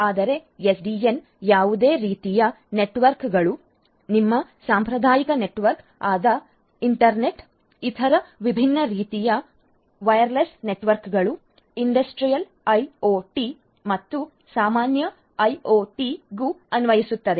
ಆದರೆ ಎಸ್ಡಿಎನ್ ಯಾವುದೇ ರೀತಿಯ ನೆಟ್ವರ್ಕ್ಗಳು ನಿಮ್ಮ ಸಾಂಪ್ರದಾಯಿಕ ನೆಟ್ವರ್ಕ್ ಆದ ಇಂಟರ್ನೆಟ್ ಇತರ ವಿಭಿನ್ನ ರೀತಿಯ ವೈರ್ಲೆಸ್ ನೆಟ್ವರ್ಕ್ಗಳು ಇಂಡಸ್ಟ್ರಿಯಲ್ ಐಒಟಿ ಮತ್ತು ಸಾಮಾನ್ಯ ಐಒಟಿಗೂ ಅನ್ವಯಿಸುತ್ತದೆ